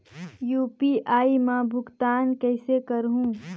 UPI मा भुगतान कइसे करहूं?